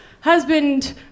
husband